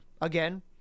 again